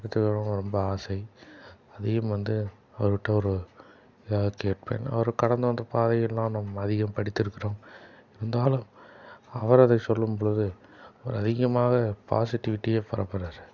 எடுத்துக்கறணும்னு ரொம்ப ஆசை அதையும் வந்து அவருக்கிட்ட ஒரு எதாவது கேட்பேன் அவர் கடந்து வந்த பாதைகள் எல்லாம் நாம் அதிகம் படித்திருக்கிறோம் இருந்தாலும் அவரு அதை சொல்லும்பொழுது ஒரு அதிகமாக பாசிட்டிவிட்டியை பரப்புறார்